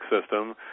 system